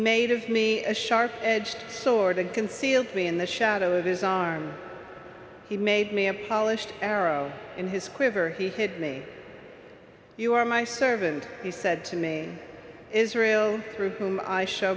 of me a sharp edged sword and concealed me in the shadow of his arms he made me a polished arrow in his quiver he hid me you are my servant he said to me israel through whom i show